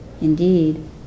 Indeed